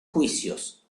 juicios